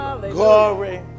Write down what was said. glory